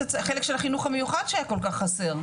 החלק של החינוך המיוחד שהיה כל כך חסר.